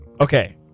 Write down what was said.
Okay